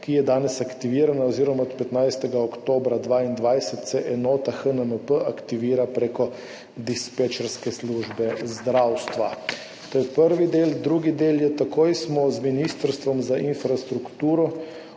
ki je danes aktivirana oziroma od 15. oktobra 2022 se enota HNMP aktivira prek dispečerske službe zdravstva. To je prvi del. Drugi del, takoj smo z Ministrstvom za infrastrukturo